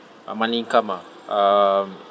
uh monthly income ah um